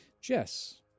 Jess